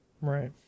Right